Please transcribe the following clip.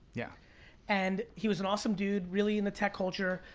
yeah and he was an awesome dude, really in the tech culture.